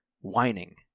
whining